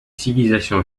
civilisation